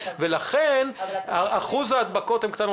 לכן, אחוז ההדבקות הוא קטן.